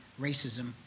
racism